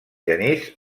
genís